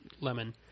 Lemon